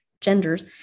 genders